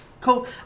Cool